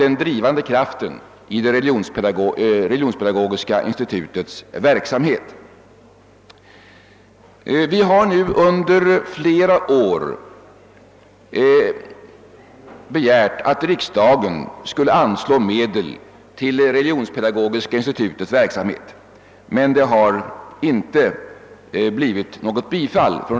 Under flera år har vi nu begärt att riksdagen skulle anslå medel till Religionspedagogiska institutets verksamhet, men riksdagen har inte lämnat något bifall.